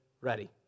ready